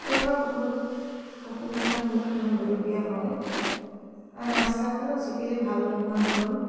কেতিয়াবা বহুত অসুবিধাৰ সন্মুখীন হ'বলগীয়া হয় আৰু ৰাস্তাবোৰ আজিকালি ভাল নোহোৱা হ'ল